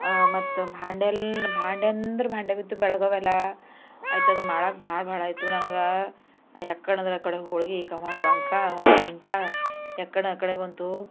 ಮತ್ತೆ ಭಾಂಡೆಲ್ಲ ಭಾಂಡೆಂದ್ರೆ ಭಾಂಡೆ ಬಿತ್ತು ಬೆಳಗೋವೆಲ್ಲ ಆಯ್ತದು ಮಾಡೋಕೆ ಭಾಳ ಭಾಳ ಇತ್ತು ನನಗೆ ಯಕ್ಕಣದ್ದು ಆಕಡೆ ಹೋಳ್ಗೆ ಇಕ ಒಂದು ವಂಕ ಒಂದು ಟಿಂಕ ಯಕ್ಕಣ ಯಕ್ಕಣೇ ಬಂತು